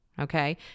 okay